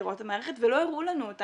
לראות את המערכת ולא הראו לנו אותה,